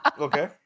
Okay